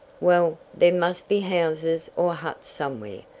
well, there must be houses or huts somewhere,